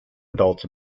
adults